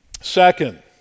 Second